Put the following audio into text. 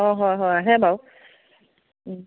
অঁ হয় হয় আহে বাৰু